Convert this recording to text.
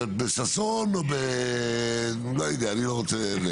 אם בששון או לא יודע, אני לא רוצה.